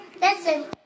listen